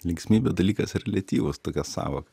linksmybė dalykas reliatyvus tokia sąvoka